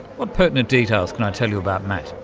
what pertinent details can i tell you about matt?